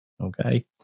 okay